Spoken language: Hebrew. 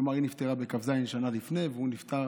כלומר, היא נפטרה בכ"ז שנה לפני והוא נפטר